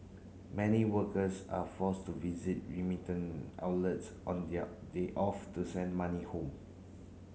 many workers are forced to visit outlets on their day off to send money home